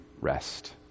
rest